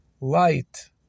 light